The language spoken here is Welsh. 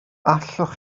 allwch